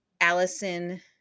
Allison